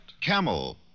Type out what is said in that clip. Camel